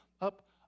up